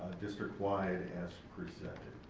district-wide as presented.